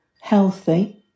healthy